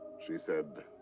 she said.